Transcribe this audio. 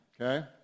okay